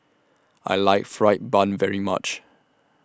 I like Fried Bun very much